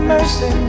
Mercy